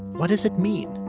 what does it mean?